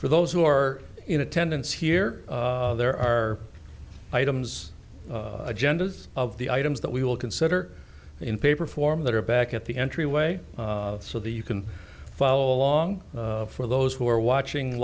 for those who are in attendance here there are items agendas of the items that we will consider in paper form that are back at the entryway so that you can follow along for those who are watching